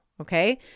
okay